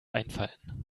einfallen